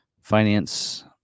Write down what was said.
finance